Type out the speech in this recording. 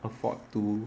afford to